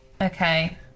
Okay